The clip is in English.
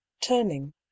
turning